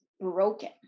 broken